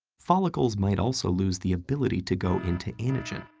follicles might also lose the ability to go into anagen,